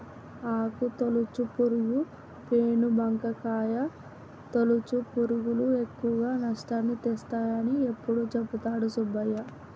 ఆకు తొలుచు పురుగు, పేను బంక, కాయ తొలుచు పురుగులు ఎక్కువ నష్టాన్ని తెస్తాయని ఎప్పుడు చెపుతాడు సుబ్బయ్య